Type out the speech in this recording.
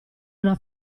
una